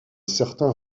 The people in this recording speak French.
certain